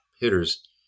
hitters